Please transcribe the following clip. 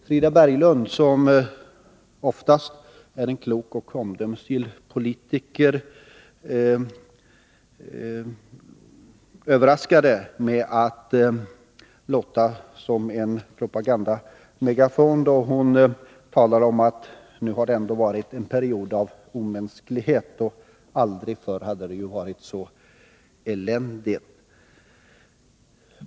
Frida Berglund, som oftast är en klok och omdömesgill politiker, överraskade med att låta som en propagandamegafon då hon sade att det har varit en period av omänsklighet — aldrig förr hade det varit så eländigt.